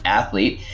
athlete